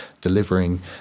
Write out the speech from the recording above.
delivering